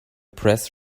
press